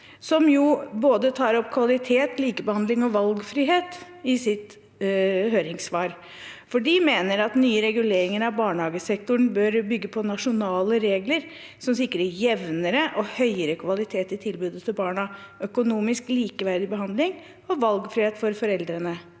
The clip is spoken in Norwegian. som tar opp både kvalitet, likebehandling og valgfrihet i sitt høringssvar. De mener at nye reguleringer av barnehagesektoren bør bygge på nasjonale regler som sikrer jevnere og høyere kvalitet i tilbudet til barna, økonomisk likeverdig behandling og valgfrihet for foreldrene.